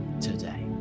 today